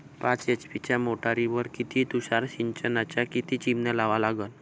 पाच एच.पी च्या मोटारीवर किती तुषार सिंचनाच्या किती चिमन्या लावा लागन?